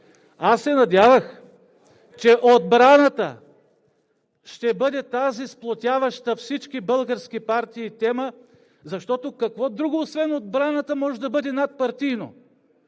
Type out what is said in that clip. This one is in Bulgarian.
Аз се надявах, че отбраната ще бъде тази сплотяваща всички български партии тема, защото какво друго освен отбраната може да бъде надпартийно?